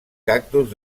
cactus